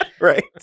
Right